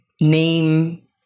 name